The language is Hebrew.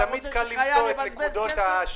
תמיד קל למצוא את הנקודות השליליות,